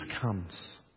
comes